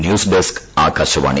news desk Akashvani